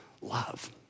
love